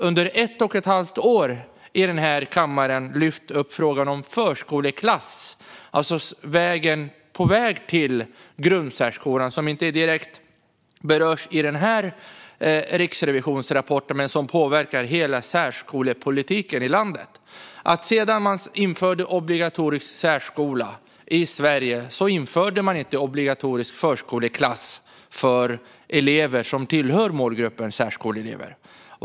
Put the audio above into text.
Under ett och ett halvt år i kammaren har vi också lyft upp frågan om förskoleklass på vägen till grundsärskolan. Frågan berörs inte direkt i den här riksrevisionsrapporten men påverkar hela särskolepolitiken i landet. När obligatorisk särskola infördes i Sverige infördes inte obligatorisk förskoleklass för elever som tillhör målgruppen särskoleelever.